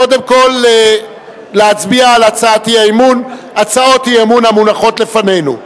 קודם כול להצביע על הצעות אי-אמון המונחות לפנינו.